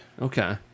Okay